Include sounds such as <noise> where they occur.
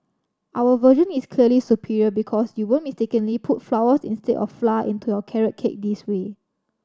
our version is clearly superior because you won't mistakenly put flowers instead of <unintelligible> into your carrot cake this way